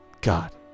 God